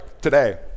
today